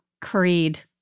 Creed